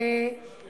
לא, לא.